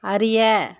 அறிய